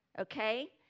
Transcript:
okay